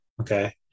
Okay